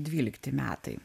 dvylikti metai